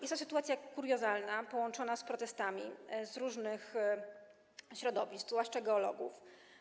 Jest to sytuacja kuriozalna połączona z protestami różnych środowisk, zwłaszcza geologów.